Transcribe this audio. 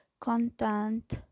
content